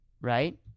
right